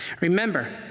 Remember